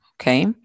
okay